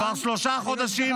כבר שלושה חודשים,